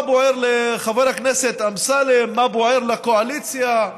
מה בוער לחבר הכנסת אמסלם, מה בוער לקואליציה,